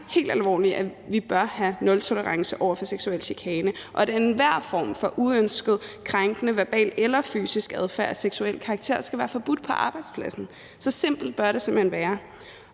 mener helt alvorligt, at vi bør have nultolerance over for seksuel chikane, og at enhver form for uønsket, krænkende verbal eller fysisk adfærd af seksuel karakter skal være forbudt på arbejdspladsen. Så simpelt bør det simpelt hen være,